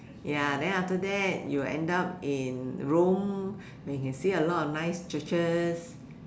ya then after that you will end up in Rome where you can see a lot of nice churches